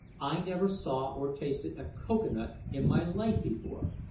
i never saw or tasted a cocoa-nut in my life before,